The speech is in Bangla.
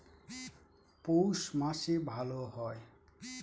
পৌষ মাসে ভালো হয়?